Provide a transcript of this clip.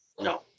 No